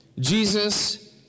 Jesus